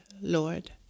Lord